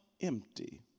empty